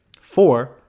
Four